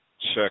check